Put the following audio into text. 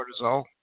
cortisol